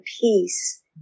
peace